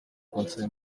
kunsaba